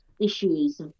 issues